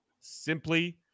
simply